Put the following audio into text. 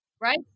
right